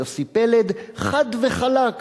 יוסי פלד: "חד וחלק,